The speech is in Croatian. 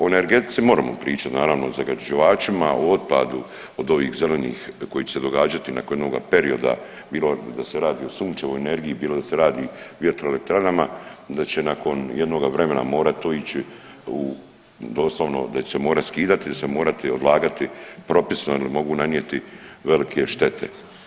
O energetici moramo pričati, naravno, o zagađivačima, o otpadu, od ovih zelenih koji će se događati nakon jednoga perioda bilo da se radi o sunčevoj energiji, bilo da se radi o vjetroelektranama, da će nakon jednoga vremena morat to ići u doslovno da će se morati skidati i da će se morati odlagati propisno jer mogu nanijeti velike štete.